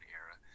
era